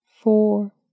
four